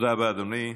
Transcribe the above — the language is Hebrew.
תודה רבה, אדוני.